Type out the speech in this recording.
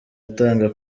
atanga